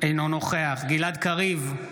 אינו נוכח גלעד קריב,